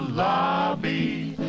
lobby